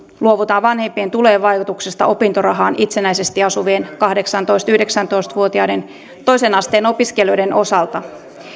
luovutaan vanhempien tulojen vaikutuksesta opintorahaan itsenäisesti asuvien kahdeksantoista viiva yhdeksäntoista vuotiaiden toisen asteen opiskelijoiden osalta